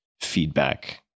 feedback